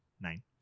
nine